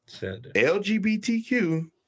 LGBTQ